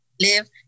live